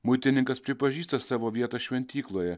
muitininkas pripažįsta savo vietą šventykloje